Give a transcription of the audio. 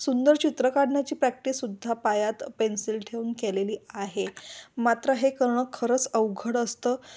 सुंदर चित्र काढण्याची प्रॅक्टिससुद्धा पायात पेन्सिल ठेवुन केलेली आहे मात्र हे करणं खरंच अवघड असतं